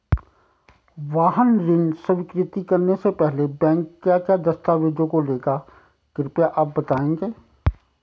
वाहन ऋण स्वीकृति करने से पहले बैंक क्या क्या दस्तावेज़ों को लेगा कृपया आप बताएँगे?